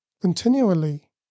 continually